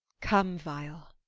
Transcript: come, vial